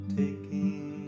taking